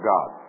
God